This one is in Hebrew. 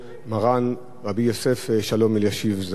מרן רבי יוסף שלום אלישיב זצ"ל.